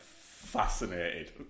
fascinated